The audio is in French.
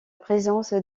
présence